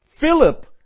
Philip